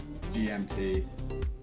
GMT